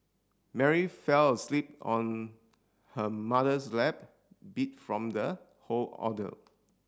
Mary fell asleep on her mother's lap beat from the whole ordeal